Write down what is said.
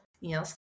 Yes